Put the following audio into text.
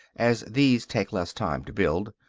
as these take less time to build.